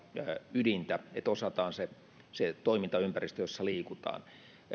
ydintä että osataan se se toimintaympäristö jossa liikutaan